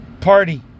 Party